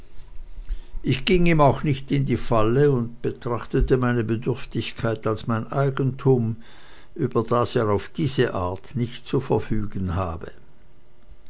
ich ging ihm auch nicht mehr in die falle und betrachtete meine bedürftigkeit als mein eigentum über das er auf diese art nicht zu verfügen habe